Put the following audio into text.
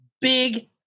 big